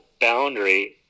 boundary